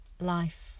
life